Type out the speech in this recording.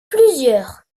plusieurs